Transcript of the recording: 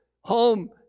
home